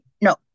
No